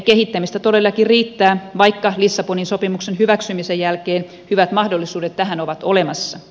kehittämistä todellakin riittää vaikka lissabonin sopimuksen hyväksymisen jälkeen hyvät mahdollisuudet tähän ovat olemassa